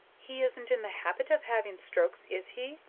he isn't in the habit of having strokes, is he?